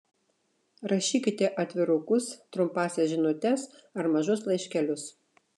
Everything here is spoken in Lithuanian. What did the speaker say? rašykite atvirukus trumpąsias žinutes ar mažus laiškelius